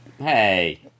Hey